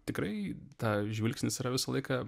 tikrai tą žvilgsnis yra visą laiką